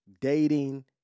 dating